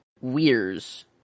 Weir's